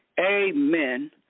Amen